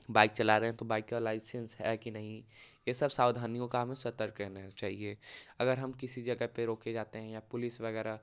bike चला रहे हैं तो बाइक का लाइसेंस है कि नहीं ये सब सावधानियों का हमें सतर्क रहना चाहिए अगर हम किसी जगह पे रोके जाते हैं या पुलिस वगैरह